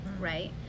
right